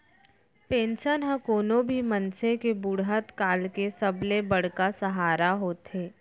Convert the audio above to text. pension ह कोनो भी मनसे के बुड़हत काल के सबले बड़का सहारा होथे